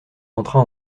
entra